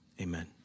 Amen